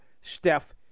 Steph